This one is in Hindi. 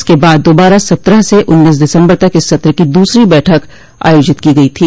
इसक बाद दोबारा सत्रह से उन्नीस दिसम्बर तक इस सत्र की दूसरी बैठक आयोजित की गयी थी